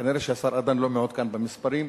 כנראה השר ארדן לא מעודכן במספרים,